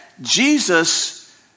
Jesus